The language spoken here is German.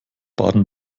baden